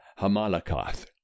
Hamalakoth